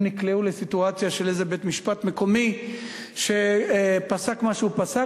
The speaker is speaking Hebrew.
הם נקלעו לסיטואציה של איזה בית-משפט מקומי שפסק מה שפסק,